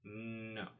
No